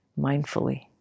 mindfully